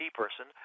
person